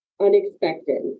unexpected